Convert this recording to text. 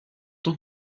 tant